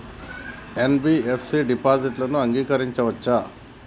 NBFC డిపాజిట్లను అంగీకరించవచ్చా?